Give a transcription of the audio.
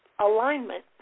alignment